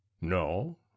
No